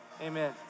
amen